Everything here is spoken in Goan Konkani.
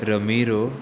रमीरो